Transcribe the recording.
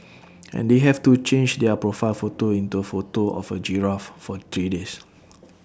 and they have to change their profile photo into A photo of A giraffe for three days